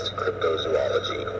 cryptozoology